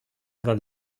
oder